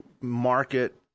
market